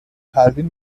پروین